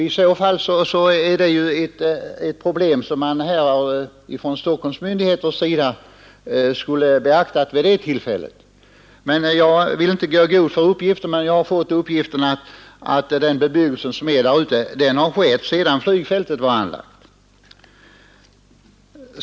I så fall är det ju ett problem som myndigheterna i Stockholm skulle ha beaktat vid planeringen av bebyggelsen. Jag vill emellertid inte själv gå i god för uppgiften, som jag har fått från annat håll.